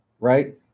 Right